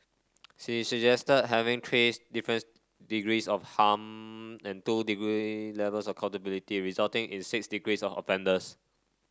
she suggested having three different degrees of harm and two degree levels of culpability resulting in six degrees of offenders